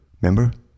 Remember